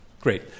Great